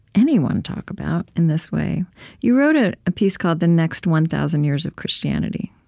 anyone talk about in this way you wrote a piece called the next one thousand years of christianity.